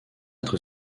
être